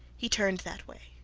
he turned that way,